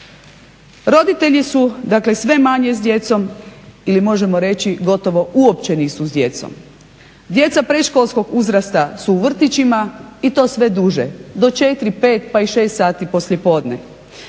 Roditelji su dakle sve manje s djecom ili možemo reći gotovo uopće nisu s djecom. Djeca predškolskog uzrasta su u vrtićima i to sve duže do 4, 5 pa i 6 sati poslijepodne.